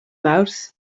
mawrth